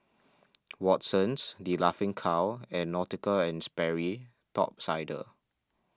Watsons the Laughing Cow and Nautica and Sperry Top Sider